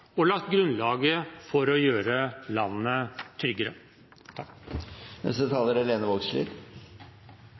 og lagt grunnlaget for å gjøre landet tryggere. Det er